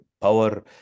power